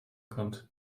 kommt